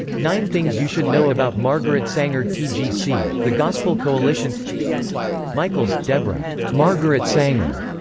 nine things you should know about margaret sanger tgc the gospel coalition michals, debra margaret sanger.